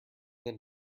than